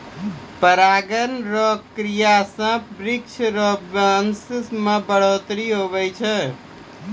परागण रो क्रिया से वृक्ष रो वंश मे बढ़ौतरी हुवै छै